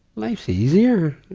life's easier.